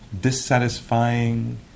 dissatisfying